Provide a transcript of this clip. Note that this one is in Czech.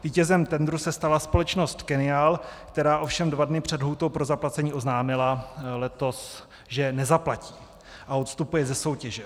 Vítězem tendru se stala společnost Kennial, která ovšem dva dny před lhůtou pro zaplacení oznámila letos, že nezaplatí a odstupuje ze soutěže.